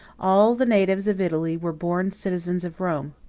all the natives of italy were born citizens of rome.